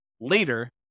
later